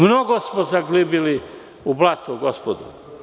Mnogo smo zaglibili u blato, gospodo.